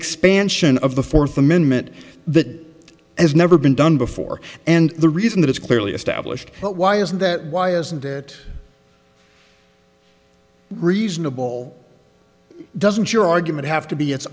expansion of the fourth amendment that has never been done before and the reason that it's clearly established but why isn't that why isn't it reasonable doesn't your argument have to be it's